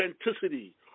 Authenticity